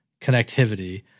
connectivity